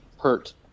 hurt